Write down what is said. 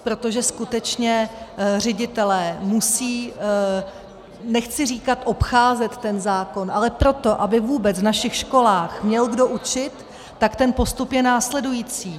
Protože skutečně ředitelé musí, nechci říkat obcházet ten zákon, ale proto, aby vůbec v našich školách měl kdo učit, tak ten postup je následující.